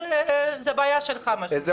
זאת בעיה שלך, מה שנקרא.